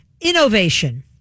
innovation